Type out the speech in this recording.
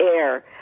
air